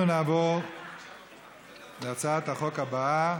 אנחנו נעבור להצעת החוק הבאה: